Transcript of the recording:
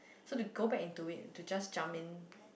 so to go back into it to just jumps in